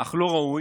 אך לא ראוי.